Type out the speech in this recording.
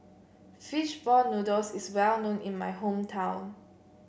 fish ball noodles is well known in my hometown